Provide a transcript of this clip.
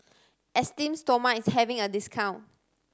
Esteem Stoma is having a discount